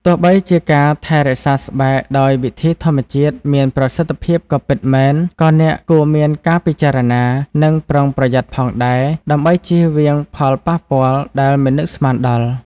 ទោះបីជាការថែរក្សាស្បែកដោយវិធីធម្មជាតិមានប្រសិទ្ធភាពក៏ពិតមែន ក៏អ្នកគួរមានការពិចារណា និងប្រុងប្រយ័ត្នផងដែរ ដើម្បីចៀសវាងផលប៉ះពាល់ដែលមិននឹកស្មានដល់។